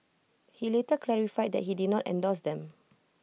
he later clarified that he did not endorse them